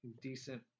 decent